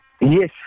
Yes